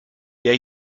der